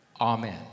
amen